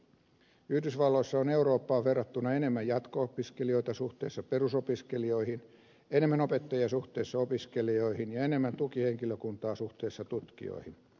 yhdysvalloissa on eurooppaan verrattuna enemmän jatko opiskelijoita suhteessa perusopiskelijoihin enemmän opettajia suhteessa opiskelijoihin ja enemmän tukihenkilökuntaa suhteessa tutkijoihin